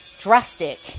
drastic